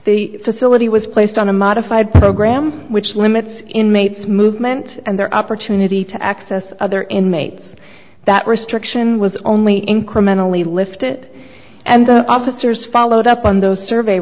the facility was placed on a modified program which limits inmates movement and their opportunity to access other inmates that restriction was only incrementally lift it and the officers followed up on those survey